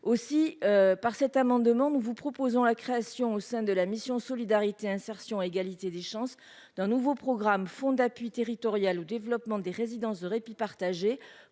aussi par cet amendement, nous vous proposons la création au sein de la mission Solidarité, insertion et égalité des chances, d'un nouveau programme Fonds d'appui territoriale, au développement des résidences de répit partager